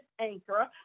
anchor